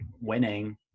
winning